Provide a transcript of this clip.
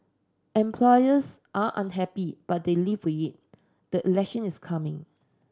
employers are unhappy but they live it the election is coming